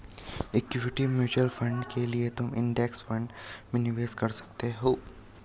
equity mutual fund के लिए तुम इंडेक्स फंड में निवेश कर सकते हो